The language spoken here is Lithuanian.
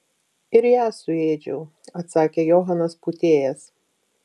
ir ją suėdžiau atsakė johanas pūtėjas